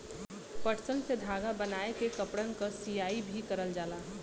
पटसन से धागा बनाय के कपड़न क सियाई भी करल जाला